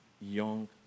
young